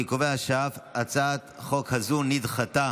אני קובע שאף הצעת החוק הזו נדחתה